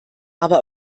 aber